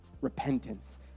repentance